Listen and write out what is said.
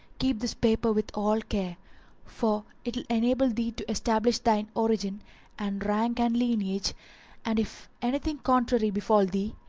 keep this paper with all care for it will enable thee to stablish thine origin and rank and lineage and, if anything contrary befal thee,